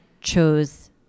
chose